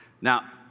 Now